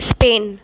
Spain